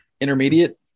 intermediate